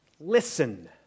listen